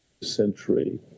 century